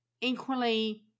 equally